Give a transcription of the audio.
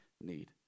need